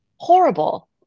horrible